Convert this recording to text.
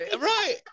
Right